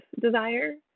desire